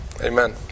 Amen